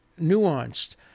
nuanced